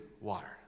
water